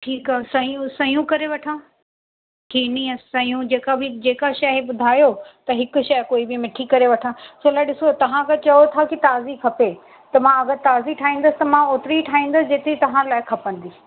ठीकु आहे सयूं सयूं करे वठां कीनी ऐं सयूं जेका बि जेका शइ ॿुधायो त हिकु शइ कोई बि मिठी करे वठां छो लाइ ॾिसो तव्हां त चओ था की ताज़ी खपे त मां अगरि ताज़ी ठाहींदसि त मां ओतिरी ठाहींदसि जेतिरी तव्हां लाइ खपंदी